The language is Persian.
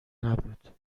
نبود